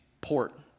port